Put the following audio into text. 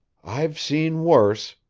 i've seen worse,